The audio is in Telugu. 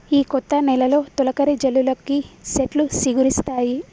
ఈ కొత్త నెలలో తొలకరి జల్లులకి సెట్లు సిగురిస్తాయి